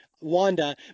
Wanda